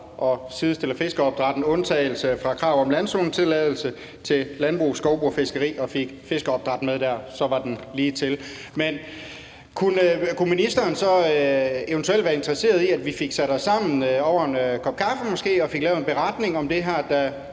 og sidestillede fiskeopdræt med hensyn til undtagelse fra kravet om landzonetilladelse med landbrug, skovbrug og fiskeri – og altså fik fiskeopdræt med der – så var det ligetil. Men kunne ministeren så eventuelt være interesseret i, at vi fik sat os sammen over en kop kaffe måske og fik lavet en beretning om det her, der